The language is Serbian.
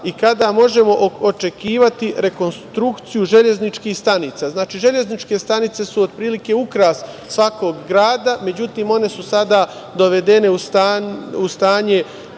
i kada možemo očekivati rekonstrukciju železničkih stanica? Znači, železničke stanice su otprilike ukras svakog grada. Međutim, one su sada dovedene u stanje